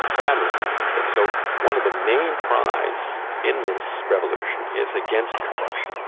bad resentment, and so one of the main cries in this revolution is against corruption,